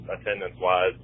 attendance-wise